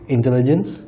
Intelligence